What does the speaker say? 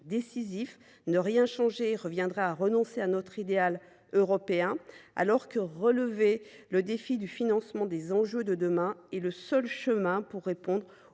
décisifs : ne rien changer reviendrait à renoncer à notre idéal européen, alors que relever le défi du financement des enjeux de demain est le seul chemin pour répondre aux